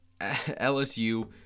LSU